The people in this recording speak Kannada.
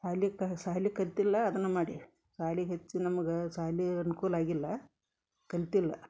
ಸಾಲಿ ಕ ಸಾಲಿ ಕಲ್ತಿಲ್ಲ ಅದನ್ನ ಮಾಡೇವಿ ಸಾಲಿ ಹೆಚ್ಚು ನಮ್ಗೆ ಸಾಲಿ ಅನ್ಕೂಲ ಆಗಿಲ್ಲ ಕಲ್ತಿಲ್ಲ